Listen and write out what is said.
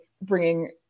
bringing